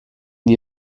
the